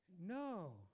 No